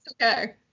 Okay